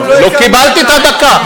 אנחנו לא עיכבנו אותך.